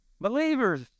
Believers